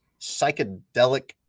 psychedelic